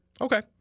Okay